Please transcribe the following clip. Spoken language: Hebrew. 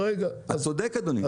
אתה צודק אדוני.